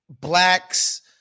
blacks